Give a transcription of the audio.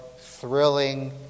thrilling